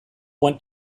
want